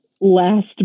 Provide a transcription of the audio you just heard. last